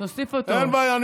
אין בעיה.